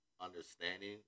understanding